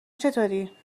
چطوری